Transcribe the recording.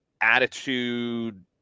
attitude